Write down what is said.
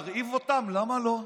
להרעיב, למה לא?